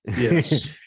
Yes